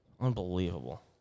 Unbelievable